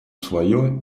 свое